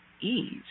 ease